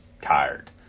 tired